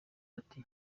bati